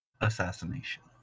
Assassination